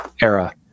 era